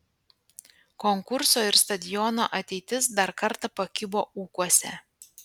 konkurso ir stadiono ateitis dar kartą pakibo ūkuose